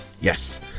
Yes